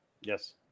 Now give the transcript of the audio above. yes